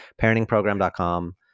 parentingprogram.com